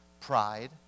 Pride